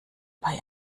bei